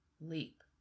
leap